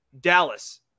Dallas